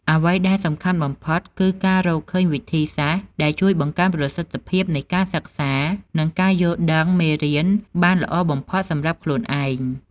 អ្វីដែលសំខាន់បំផុតគឺការរកឃើញវិធីសាស្ត្រដែលជួយបង្កើនប្រសិទ្ធភាពនៃការសិក្សា និងការយល់ដឹងមេរៀនបានល្អបំផុតសម្រាប់ខ្លួនឯង។